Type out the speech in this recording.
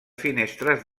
finestres